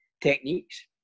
techniques